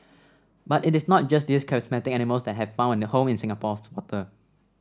but it is not just these charismatic animals that have found a home in Singapore's water